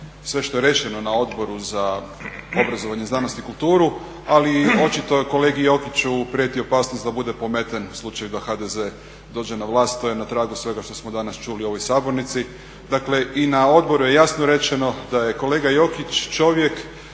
sve što je rečeno na Odboru za obrazovanje, znanosti i kulturi, ali očito kolegi Jokiću prijeti opasnost da bude pometen u slučaju da HDZ dođe na vlast, to je na tragu svega što smo danas čuli u ovoj sabornici. Dakle, i na odboru je jasno rečeno da je kolega Jokić čovjek